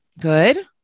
Good